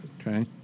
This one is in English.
Okay